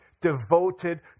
devoted